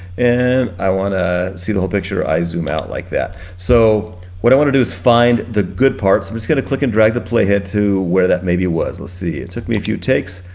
and i wanna see the whole picture, i zoom out like that. so what i wanna do is find the good parts. i'm just gonna click and drag the playhead to where that maybe was. let's see, it took me a few takes.